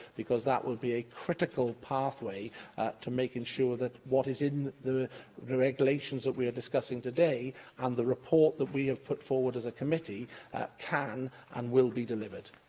because that would be a critical pathway to making sure that what is in the regulations that we are discussing today and the report that we have put forward as a committee can and will be delivered.